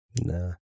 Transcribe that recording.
Nah